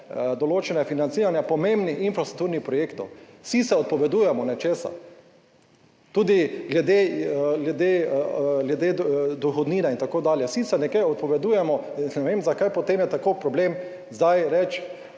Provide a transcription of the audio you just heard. določene financiranja pomembnih infrastrukturnih projektov, vsi se odpovedujemo nečesa, tudi glede dohodnine in tako dalje, vsi se nekje odpovedujemo, jaz ne vem zakaj potem je tako problem zdaj reči